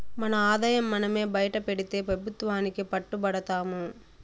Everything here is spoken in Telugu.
మన ఆదాయం మనమే బైటపెడితే పెబుత్వానికి పట్టు బడతాము